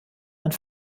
and